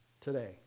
today